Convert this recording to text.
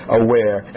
aware